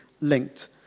linked